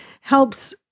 helps